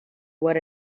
what